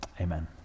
Amen